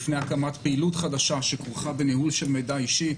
לפני הקמת פעילות חדשה שכרוכה בניהול של מידע אישי.